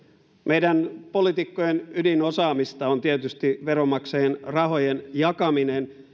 meidän poliitikkojen ydinosaamista on tietysti veronmaksajien rahojen jakaminen